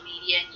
media